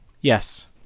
Yes